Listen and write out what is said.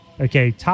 okay